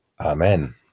Amen